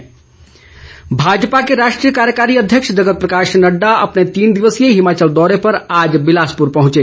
नड्डा भाजपा के राष्ट्रीय कार्यकारी अध्यक्ष जगत प्रकाश नड़डा अपने तीन दिवसीय हिमाचल दौरे पर आज बिलासपुर पहंचे